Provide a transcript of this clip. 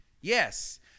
Yes